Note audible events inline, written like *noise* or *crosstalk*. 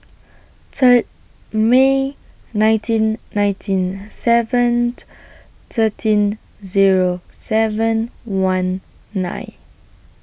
Third May nineteen ninety seven *unintelligible* thirteen Zero seven one nine